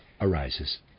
arises